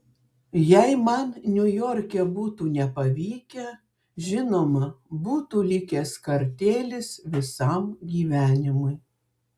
jei man niujorke būtų nepavykę žinoma būtų likęs kartėlis visam gyvenimui